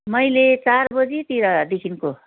मैले चार बजीतिर देखिन्को